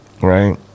right